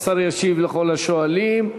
השר ישיב לכל השואלים.